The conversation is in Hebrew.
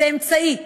זה אמצעי.